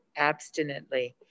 abstinently